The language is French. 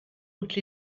toutes